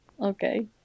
Okay